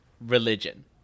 Religion